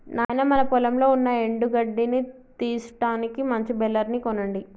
నాయినా మన పొలంలో ఉన్న ఎండు గడ్డిని తీసుటానికి మంచి బెలర్ ని కొనండి